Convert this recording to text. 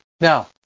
Now